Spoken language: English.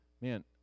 man